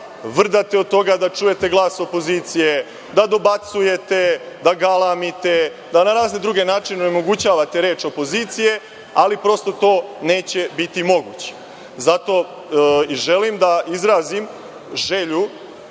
vrdate od toga da čujete glas opozicije, da dobacujete, da galamite, da na razne druge načine onemogućavate reč opozicije, ali prosto to neće biti moguće. Želim da izrazim želju